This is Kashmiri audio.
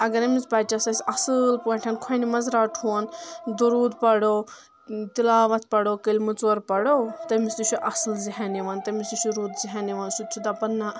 اگر أمِس بچس أسۍ اصٲل پٲٹھۍ کھۄنہِ منٛز رٹھہون دروٗد پرو تلاوت پرو کٔلۍمہٕ ژور پرو تمِس تہِ چھُ اصل ذہین یِوان تمہِ سۭتۍ چھُ رُت ذیہن سُہ تہِ چھُ دپان نہ